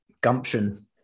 gumption